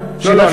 לא,